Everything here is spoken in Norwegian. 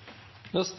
hvis